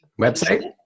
website